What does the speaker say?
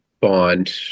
Bond